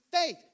faith